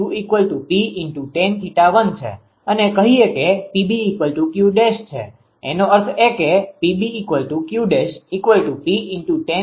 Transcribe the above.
તેથી ધારો કે આ Q𝑃 tan𝜃1 છે અને કહીએ કે PB𝑄′ છે એનો અર્થ એ કે PB 𝑄′𝑃 tan𝜃2 છે